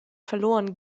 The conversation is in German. verloren